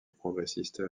progressiste